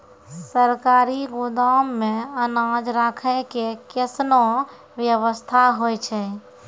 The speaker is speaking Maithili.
सरकारी गोदाम मे अनाज राखै के कैसनौ वयवस्था होय छै?